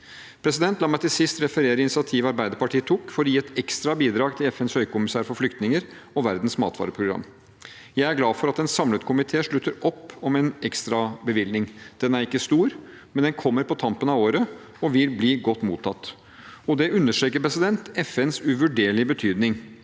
skjer. La meg til sist referere initiativet Arbeiderpartiet tok for å gi et ekstra bidrag til FNs høykommissær for flyktninger og Verdens matvareprogram. Jeg er glad for at en samlet komité slutter opp om en ekstrabevilgning. Den er ikke stor, men den kommer på tampen av året og vil bli godt mottatt. Det understreker FNs uvurderlige betydning